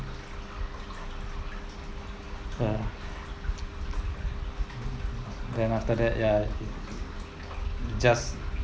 ya then after that ya just